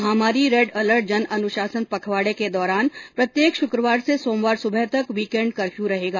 महामारी red alert जन अनुशासन पखवाडे के दौरान प्रत्येक शुक्रवार से सोमवार सुबह तक वीकेण्ड कर्फ्यू रहेगा